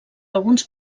alguns